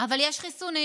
אבל יש חיסונים,